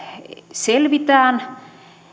selvitään